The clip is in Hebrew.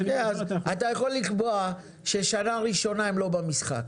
אתה יכול לקבוע שבשנה הראשונה הם לא במשחק